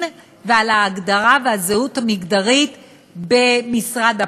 ועל ההגדרה והזהות המגדרית במשרד הפנים,